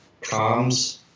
comms